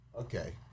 Okay